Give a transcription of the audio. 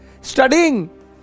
studying